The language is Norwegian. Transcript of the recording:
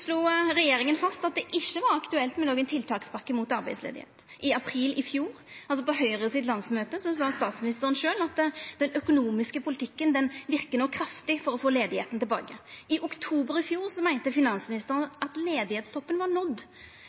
slo regjeringa fast at det ikkje var aktuelt med noka tiltakspakke mot arbeidsløyse. I april i fjor, på landsmøtet til Høgre, sa statsministeren sjølv at den økonomiske politikken verkar no kraftig for å få arbeidsløysa til å gå tilbake. I oktober i fjor meinte finansministeren at arbeidsløysetoppen var nådd,